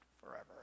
forever